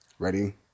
Ready